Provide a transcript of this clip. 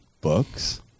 books